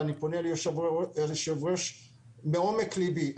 ואני פונה אל היושב ראש מעומק לבי,